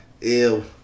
Ew